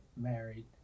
married